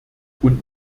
und